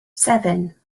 seven